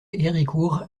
héricourt